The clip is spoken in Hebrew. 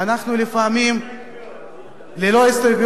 ללא הסתייגויות.